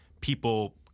people